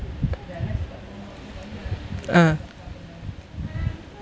uh